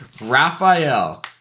Raphael